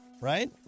right